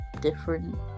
different